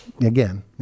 Again